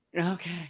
Okay